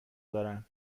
دارن